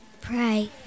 Pray